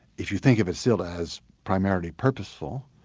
if you think of it still as primarily purposeful,